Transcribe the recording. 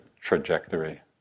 trajectory